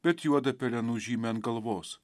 bet juodą pelenų žymę ant galvos